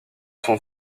son